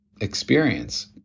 experience